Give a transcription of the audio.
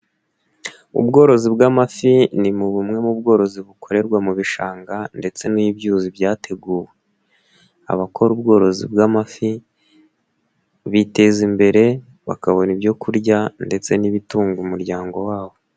Ubworozi bw'amafi ni mu bumwe mu bworozi bukorerwa mu bishanga ndetse n'byuzi byateguwe, abakora ubworozi bw'amafi, biteza imbere, bakabona ibyo kurya ndetse n'ibitunga umuryango wabo.